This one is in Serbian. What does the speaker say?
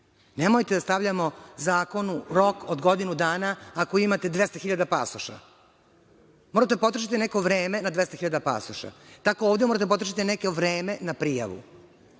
Nemojte da stavljamo zakonu rok od godinu dana ako imate 200.000 pasoša, morate da potrošite neko vreme na 200.000 pasoša, tako ovde morate da potrošite neko vreme na prijavu. Sve